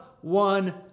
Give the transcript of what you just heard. one